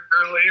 earlier